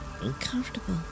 uncomfortable